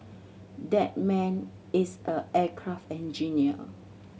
that man is a aircraft engineer